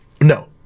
No